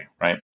right